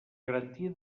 garantia